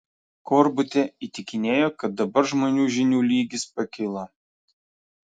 korbutė įtikinėjo kad dabar žmonių žinių lygis pakilo